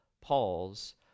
Paul's